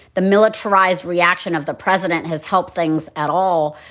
the militarized reaction of the president has helped things at all.